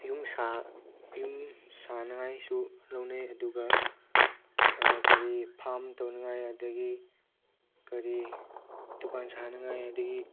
ꯌꯨꯝ ꯌꯨꯝ ꯁꯥꯅꯤꯡꯉꯥꯏꯁꯨ ꯂꯧꯅꯩ ꯑꯗꯨꯒ ꯀꯔꯤ ꯐꯥꯔꯝ ꯇꯧꯅꯤꯡꯉꯥꯏ ꯑꯗꯒꯤ ꯀꯔꯤ ꯗꯨꯀꯥꯟ ꯁꯥꯅꯤꯡꯉꯥꯏ ꯑꯗꯒꯤ